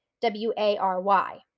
W-A-R-Y